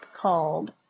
called